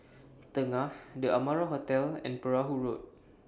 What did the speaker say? Tengah The Amara Hotel and Perahu Road